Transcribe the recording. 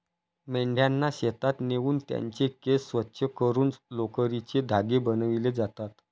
मेंढ्यांना शेतात नेऊन त्यांचे केस स्वच्छ करून लोकरीचे धागे बनविले जातात